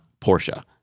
Porsche